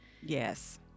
Yes